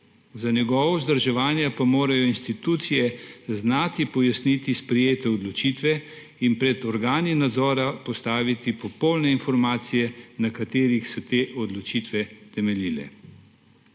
za njegovo vzdrževanje pa morajo institucije znati pojasniti sprejete odločitve in pred organe nadzora postaviti popolne informacije, na katerih so te odločitve temeljile.